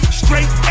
straight